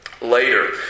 later